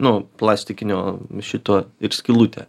nu plastikinio šito ir skylutė